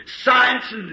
science